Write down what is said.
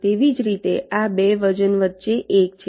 તેવી જ રીતે આ 2 વજન વચ્ચે 1 છે